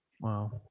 Wow